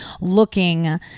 looking